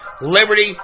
liberty